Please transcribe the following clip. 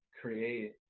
create